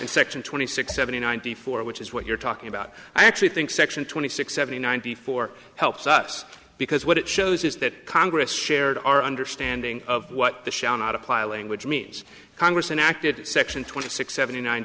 and section twenty six seventy ninety four which is what you're talking about i actually think section twenty six seventy ninety four helps us because what it shows is that congress shared our understanding of what the shall not apply language means congress enacted section twenty six seventy nine